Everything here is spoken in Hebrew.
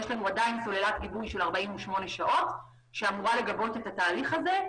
יש סוללת גיבוי של 48 שעות שאמורה לגבות את זה.